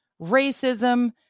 racism